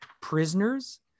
prisoners